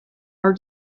are